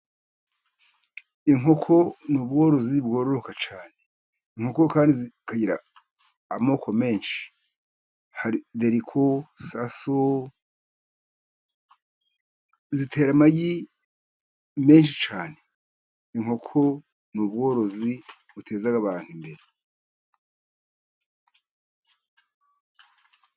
Inkoko n'ubworozi bworoka cyane ,inkoko kandi zikagira amoko menshi, hari deriko, saso, zitera amagi menshi cyane, inkoko ni ubworozi buteza abantu imbere.